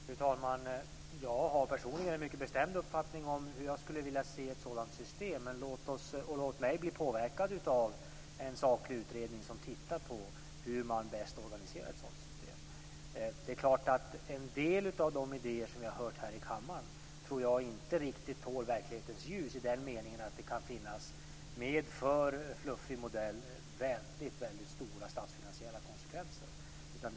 Fru talman! Jag har personligen en mycket bestämd uppfattning om hur jag skulle vilja se ett sådant system. Låt mig bli påverkad av en saklig utredning som tittar på hur man bäst organiserar ett sådant system. En del av de idéer som vi har hört i kammaren tål inte riktigt verklighetens ljus, i den meningen att det med en för fluffig modell kan finnas stora statsfinansiella konsekvenser.